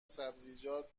سبزیجات